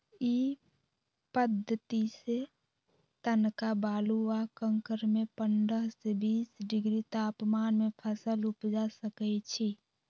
इ पद्धतिसे तनका बालू आ कंकरमें पंडह से बीस डिग्री तापमान में फसल उपजा सकइछि